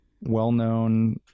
well-known